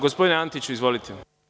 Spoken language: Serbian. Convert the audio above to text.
Gospodine Antiću, izvolite.